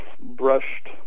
brushed